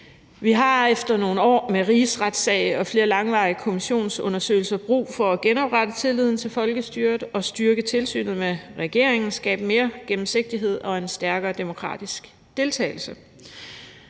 Vi har efter nogle år med rigsretssag og flere langvarige kommissionsundersøgelser brug for at genoprette tilliden til folkestyret og styrke tilsynet med regeringen, skabe mere gennemsigtighed og en stærkere demokratisk deltagelse.